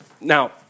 Now